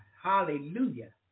Hallelujah